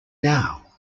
now